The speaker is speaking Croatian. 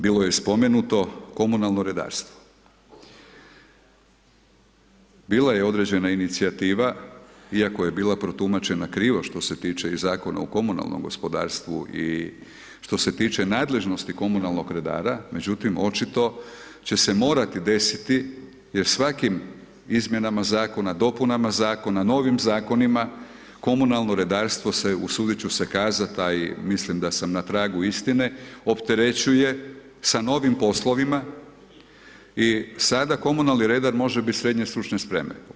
Nadalje, bilo je spomenuto komunalno redarstvo, bila je određena inicijativa, iako je bila protumačena kriva, što se tiče i Zakona o komunalnom gospodarstvu i što se tiče nadležnosti komunalnog redara, međutim, očito će se morati desiti, jer svakim izmjenama zakona, dopunama zakona, novim zakonima komunalno redarstvo se, usudit ću se kazati, a i mislim da sam na tragu istine, opterećuje sa novim poslovima i sada komunalni redar može biti SSS.